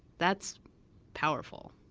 that's powerful.